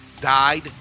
Died